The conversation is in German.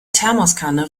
thermoskanne